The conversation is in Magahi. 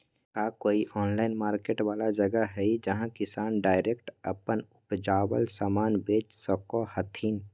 का कोई ऑनलाइन मार्केट वाला जगह हइ जहां किसान डायरेक्ट अप्पन उपजावल समान बेच सको हथीन?